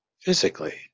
physically